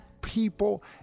people